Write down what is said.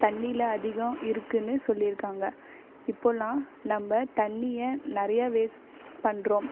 தண்ணியில் அதிகம் இருக்குதுன்னு சொல்லியிருக்காங்க இப்போலாம் நம்ம தண்ணியை நிறையா வேஸ்ட் பண்ணுறோம்